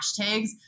hashtags